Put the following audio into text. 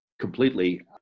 completely